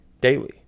Daily